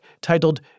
titled